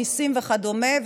מיסים וכדומה,